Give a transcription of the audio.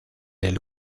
del